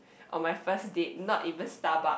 on my first date not even Starbucks